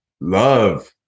love